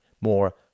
more